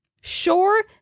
Sure